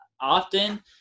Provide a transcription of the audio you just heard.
often